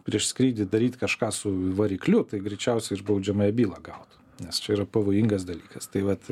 prieš skrydį daryt kažką su varikliu tai greičiausiai ir baudžiamąją bylą gautų nes čia yra pavojingas dalykas tai vat